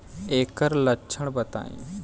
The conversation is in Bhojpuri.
ऐकर लक्षण बताई?